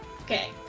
Okay